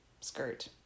Skirt